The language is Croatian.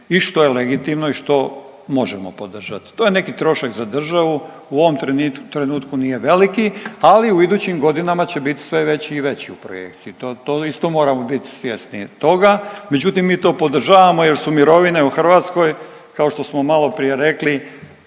i što je legitimno i što možemo podržat. To je neki trošak za državu, u ovom trenutku nije veliki ali u idućim godinama će biti sve veći i veći u projekciji. To isto moramo bit svjesni toga, međutim mi to podržavamo jer su mirovine u Hrvatskoj kao što smo maloprije rekli